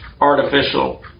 artificial